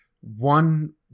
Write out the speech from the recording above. one